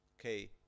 Okay